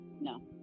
No